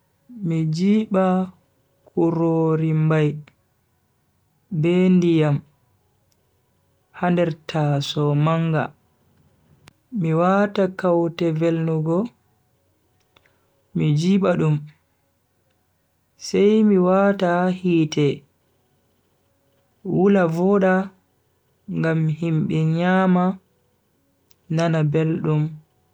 Mi jiba kurori mbai be ndiyam ha nder tasow manga. mi wata kaute velnugo mi jiba dum sai mi wata ha hite wula voda ngam himbe nyama nana beldum.